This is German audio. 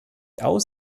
aus